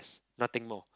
nothing more